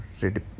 ready